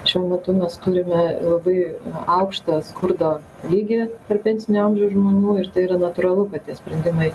šiuo metu mes turime labai aukštą skurdo lygį tarp pensinio amžiaus žmonių ir tai yra natūralu kad tie sprendimai